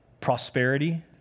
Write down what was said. prosperity